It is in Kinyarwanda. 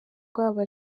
rwaba